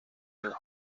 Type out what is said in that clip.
your